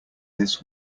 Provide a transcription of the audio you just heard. this